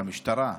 למשטרה.